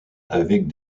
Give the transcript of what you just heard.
avec